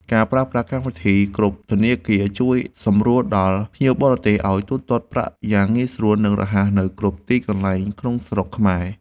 ការប្រើប្រាស់កម្មវិធីគ្រប់ធនាគារជួយសម្រួលដល់ភ្ញៀវបរទេសឱ្យទូទាត់ប្រាក់យ៉ាងងាយស្រួល និង រហ័សនៅគ្រប់ទីកន្លែងក្នុងស្រុកខ្មែរ។